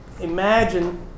imagine